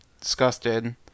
disgusted